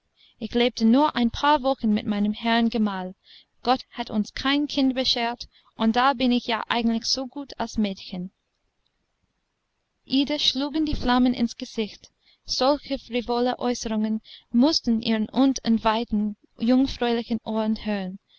ich lebte nur ein paar wochen mit meinem herrn gemahl gott hat uns kein kind beschert und da bin ich ja eigentlich so gut als mädchen ida schlugen die flammen ins gesicht solche frivole äußerungen mußten ihre unentweihten jungfräulichen ohren hören